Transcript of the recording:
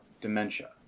dementia